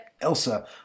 Elsa